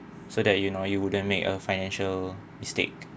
so that you know you wouldn't make a financial mistake